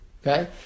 Okay